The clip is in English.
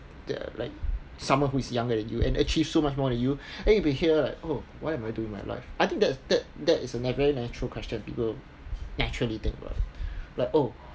that are like someone who is younger than you and achieve so much more than you and you'll be here like oh what am I doing my life I think that that that is a very natural question people naturally think about like oh